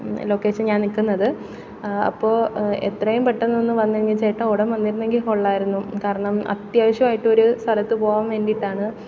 location ഞാൻ നിൽക്കുന്നത് അപ്പോൾ എത്രയും പെട്ടെന്നൊന്നു വന്നെങ്കിൽ ചേട്ടാ ഉടൻ വന്നിരുന്നെങ്കിൽ കൊള്ളാമായിരുന്നു കാരണം അത്യാവശ്യമായിട്ടൊരു സ്ഥലത്തു പോകാൻ വേണ്ടിയിട്ടാണ്